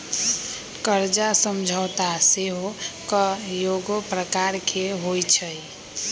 कर्जा समझौता सेहो कयगो प्रकार के होइ छइ